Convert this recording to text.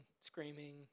screaming